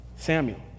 Samuel